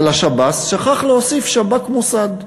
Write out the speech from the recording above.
ולשב"ס, שכח להוסיף שב"כ-מוסד.